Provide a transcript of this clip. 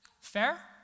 Fair